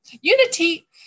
Unity